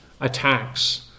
attacks